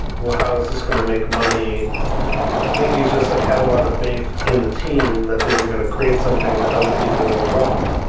well, how is this going to make money? i think he's just like had a lot of faith in the team that they were going to create something that other people will want,